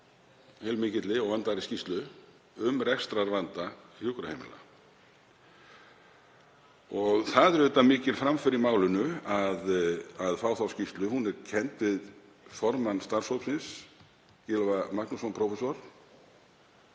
heilmikilli og vandaðri skýrslu um rekstrarvanda hjúkrunarheimila. Það er auðvitað mikil framför í málinu að fá þá skýrslu. Hún er kennd við formann starfshópsins, Gylfa Magnússon prófessor,